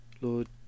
Lord